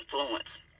influence